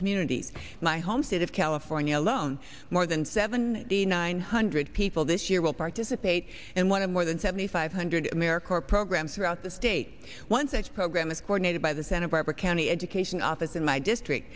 communities my home state of california alone more than seven thousand nine hundred people this year will participate and one of more than seventy five hundred american program throughout the state one such program is coordinated by the santa barbara county education office in my district